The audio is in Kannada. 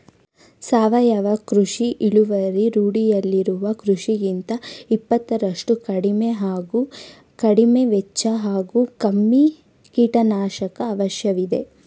ಸಾವಯವ ಕೃಷಿ ಇಳುವರಿ ರೂಢಿಯಲ್ಲಿರುವ ಕೃಷಿಗಿಂತ ಇಪ್ಪತ್ತರಷ್ಟು ಕಡಿಮೆ ಹಾಗೂ ಕಡಿಮೆವೆಚ್ಚ ಹಾಗೂ ಕಮ್ಮಿ ಕೀಟನಾಶಕ ಅವಶ್ಯವಿದೆ